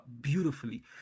beautifully